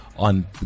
On